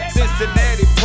Cincinnati